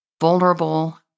vulnerable